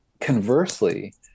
Conversely